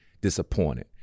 disappointed